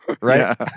right